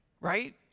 right